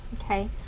okay